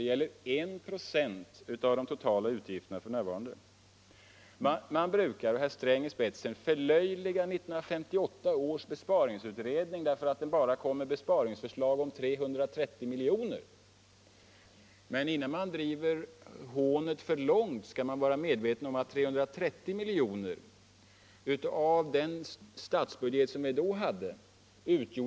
Det gäller en procent av de totala utgifterna f. n. Man brukar, med herr Sträng i spetsen, förlöjliga 1958 års besparingsutredning därför att den bara kom med besparingsförslag om 330 miljoner. Men innan man driver hånet för långt, skall man vara medveten om att 330 miljoner utgjorde 3 96 av den statsbudget som vi då hade.